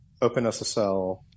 OpenSSL